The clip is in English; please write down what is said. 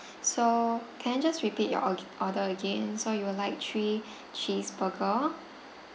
so can I just repeat your or~ order again so you will like three cheese burger